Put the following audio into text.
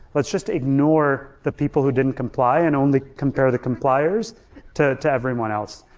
let's just ignore the people who didn't comply and only compare the compliers to to everyone else.